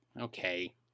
okay